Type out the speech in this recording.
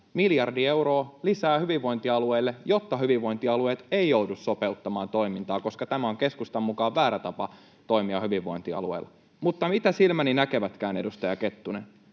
miljardi euroa lisää hyvinvointialueille, jotta hyvinvointialueet eivät joudu sopeuttamaan toimintaa, koska tämä on keskustan mukaan väärä tapa toimia hyvinvointialueilla. Mutta mitä silmäni näkevätkään, edustaja Kettunen?